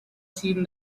seen